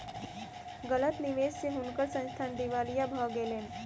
गलत निवेश स हुनकर संस्थान दिवालिया भ गेलैन